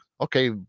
okay